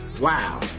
Wow